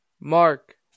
mark